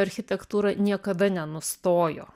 architektūra niekada nenustojo